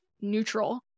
neutral